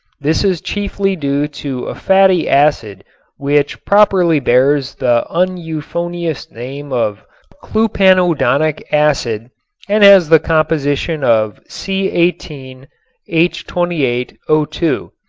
this is chiefly due to a fatty acid which properly bears the uneuphonious name of clupanodonic acid and has the composition of c eighteen h twenty eight o two.